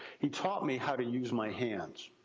he taught me how to use my hands.